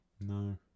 No